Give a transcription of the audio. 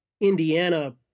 Indiana